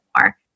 more